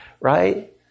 right